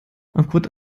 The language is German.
aufgrund